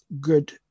good